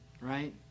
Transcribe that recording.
right